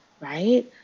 Right